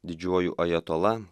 didžiuoju ajatola